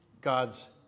God's